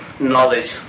knowledge